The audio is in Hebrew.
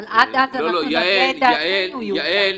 אבל עד אז אנחנו נחווה את דעתנו, יוליה.